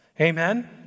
Amen